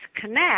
connect